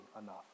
enough